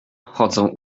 chodzą